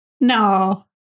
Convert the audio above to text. no